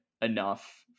enough